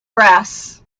brass